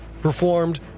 Performed